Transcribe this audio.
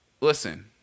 Listen